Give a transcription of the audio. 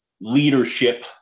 leadership